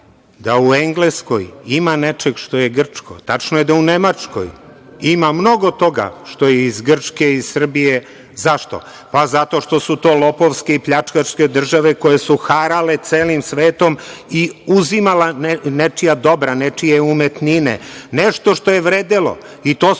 da u Engleskoj ima nečeg što je grčko, tačno je da u Nemačkoj ima mnogo toga što je iz Grčke, iz Srbije. Zašto? Zato što su to lopovske i pljačkaške države koje su harale celim svetom i uzimala nečija dobra, nečije umetnine, nešto što je vredelo. To su sve